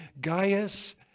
Gaius